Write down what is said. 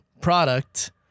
product